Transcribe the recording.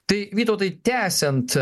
tai vytautai tęsiant